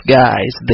guys